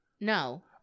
No